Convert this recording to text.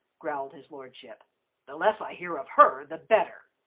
growled his lordship the less i hear of her the better.